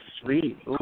sweet